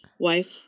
wife